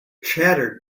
chattered